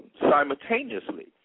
simultaneously